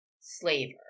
slaver